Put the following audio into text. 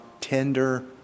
tender